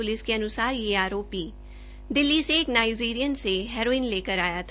police के अनुसार ये आरोपी दिल्ली से एक नाईजीरियन से हेरोइन लेकर आया था